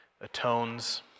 atones